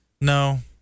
no